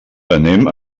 anem